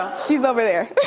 she's over there